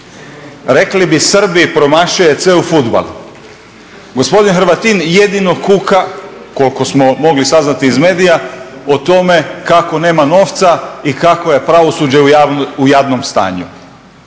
Rekli bi Srbi "Promašio je ceo fudbal." Gospodin Hrvatin jedino kuka, koliko smo mogli saznati iz medija, o tome kako nema novca i kako je pravosuđe u jadnom stanju.